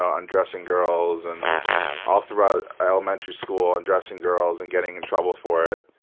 ah undressing girls, and all throughout elementary school, undressing girls and getting in trouble for it.